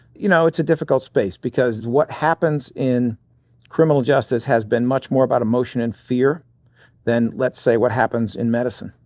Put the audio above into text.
you know, it's a difficult space because what happens in criminal justice has been much more about emotion and fear than let's say what happens in medicine,